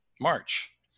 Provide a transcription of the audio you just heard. March